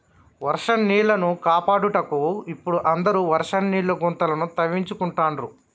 వర్షం నీళ్లను కాపాడుటకు ఇపుడు అందరు వర్షం నీళ్ల గుంతలను తవ్వించుకుంటాండ్రు